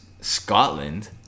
Scotland